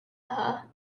her